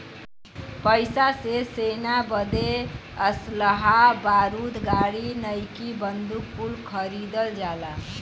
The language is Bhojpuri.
पइसा से सेना बदे असलहा बारूद गाड़ी नईकी बंदूक कुल खरीदल जाला